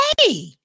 hey